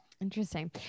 Interesting